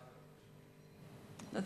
אפשר הצעה אחרת?